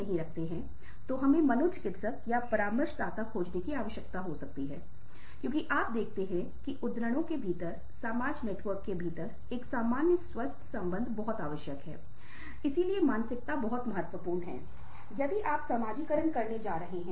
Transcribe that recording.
यदि आप इन कदमोको उठाते है जैसे घर जाकरखुद को ऐसी स्थिति मे ना रखने की कसम ली और इस घटना के बरेमे हंगोवर होजता हैतो आप इस स्थिति मे भावनात्मक अपरिपक्वता दिखते है